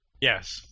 Yes